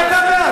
לא רק אתה בעד.